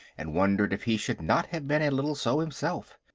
and wondered if he should not have been a little so himself.